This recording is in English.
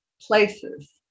places